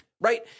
right